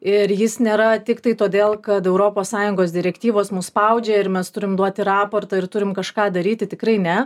ir jis nėra tiktai todėl kad europos sąjungos direktyvos mus spaudžia ir mes turim duoti raportą ir turim kažką daryti tikrai ne